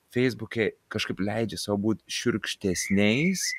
feisbuke kažkaip leidžia sau būti šiurkštesniais